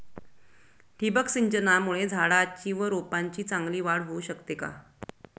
ठिबक सिंचनामुळे झाडाची व रोपांची चांगली वाढ होऊ शकते का?